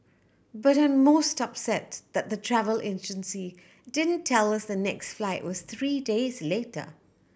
but I'm most upset that the travel agency didn't tell us the next flight was three days later